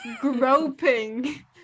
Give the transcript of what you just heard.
groping